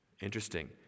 Interesting